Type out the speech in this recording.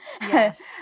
Yes